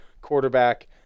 quarterback